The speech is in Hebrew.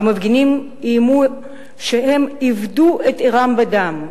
והמפגינים איימו שהם יפדו את עירם בדם.